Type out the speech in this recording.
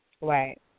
Right